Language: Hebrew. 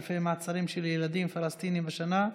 אלפי מעצרים של ילדים פלסטינים בשנה,